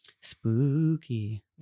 Spooky